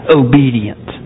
obedient